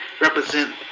represent